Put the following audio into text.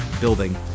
building